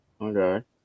Okay